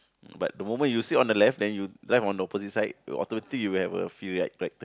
but the moment you sit on the left then you drive on the opposite side you automatically you have a feel like right turn